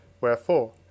Wherefore